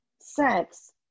sex